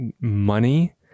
money